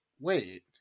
wait